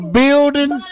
building